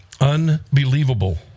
Unbelievable